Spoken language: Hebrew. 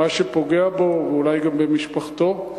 מה שפוגע בו ואולי גם במשפחתו.